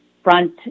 Front